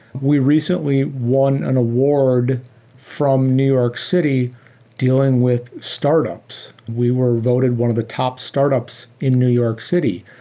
we recently won an award from new york city dealing with startups. we were voted one of the top startups in new york city.